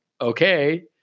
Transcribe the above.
okay